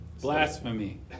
Blasphemy